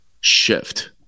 shift